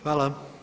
Hvala.